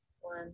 one